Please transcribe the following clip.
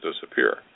disappear